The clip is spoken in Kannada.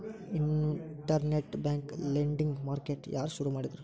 ಇನ್ಟರ್ನೆಟ್ ಬ್ಯಾಂಕ್ ಲೆಂಡಿಂಗ್ ಮಾರ್ಕೆಟ್ ಯಾರ್ ಶುರು ಮಾಡಿದ್ರು?